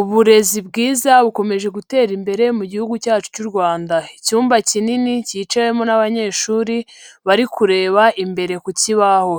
Uburezi bwiza bukomeje gutera imbere mu Gihugu cyacu cy'u Rwanda. Icyumba kinini cyicawemo n'abanyeshuri bari kureba imbere ku kibaho.